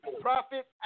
profit